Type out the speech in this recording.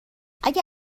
اگه